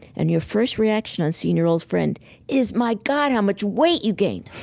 and your first reaction on seeing your old friend is, my god, how much weight you've gained!